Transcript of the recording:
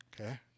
Okay